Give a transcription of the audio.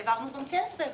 והעברנו גם כסף,